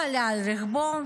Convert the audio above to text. הוא עלה על רכבו,